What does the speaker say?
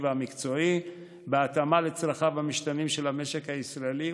והמקצועי בהתאמה לצרכיו המשתנים של המשק הישראלי,